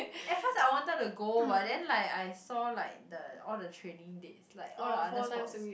at first I wanted to go but then like I saw like the all the training dates like all the other sports